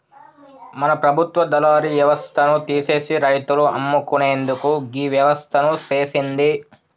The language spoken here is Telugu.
మన ప్రభుత్వ దళారి యవస్థను తీసిసి రైతులు అమ్ముకునేందుకు గీ వ్యవస్థను సేసింది